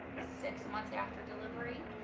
six months after delivery.